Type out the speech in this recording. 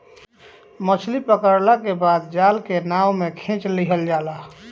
मछली पकड़ला के बाद जाल के नाव में खिंच लिहल जाला